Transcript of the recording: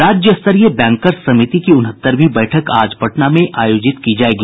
राज्य स्तरीय बैंकर्स समिति की उनहत्तरवीं बैठक आज पटना में आयोजित की जायेगी